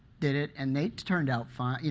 did it and they turned out fine. you